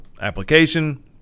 application